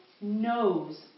knows